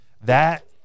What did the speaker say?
That-